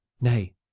Nay